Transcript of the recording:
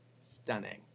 Stunning